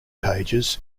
pages